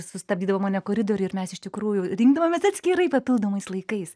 sustabdydavo mane koridoriuj ir mes iš tikrųjų rinkdavomės atskirai papildomais laikais